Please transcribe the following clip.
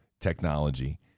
technology